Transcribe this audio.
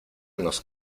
nos